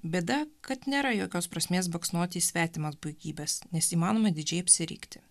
bėda kad nėra jokios prasmės baksnoti į svetimas puikybes nes įmanoma didžiai apsirikti